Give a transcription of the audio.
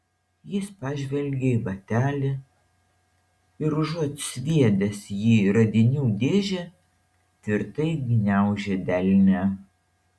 jis pažvelgė į batelį ir užuot sviedęs jį į radinių dėžę tvirtai gniaužė delne